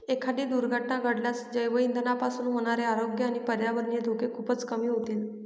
एखादी दुर्घटना घडल्यास जैवइंधनापासून होणारे आरोग्य आणि पर्यावरणीय धोके खूपच कमी होतील